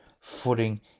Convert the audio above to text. footing